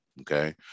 Okay